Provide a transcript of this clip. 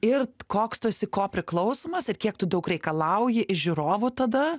ir koks tu esi ko priklausomas ir kiek tu daug reikalauji iš žiūrovų tada